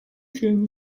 can